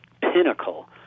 pinnacle